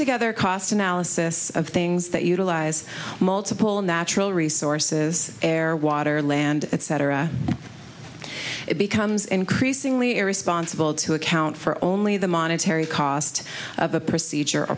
together cost analysis of things that utilize multiple natural resources air water land etc it becomes increasingly irresponsible to account for only the monetary cost of a procedure